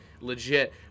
legit